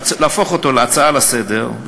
להפוך אותה להצעה לסדר,